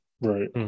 right